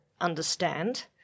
understand